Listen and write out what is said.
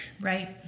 Right